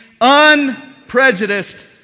Unprejudiced